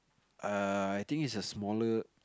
err I think it's a smaller